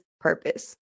purpose